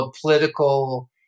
political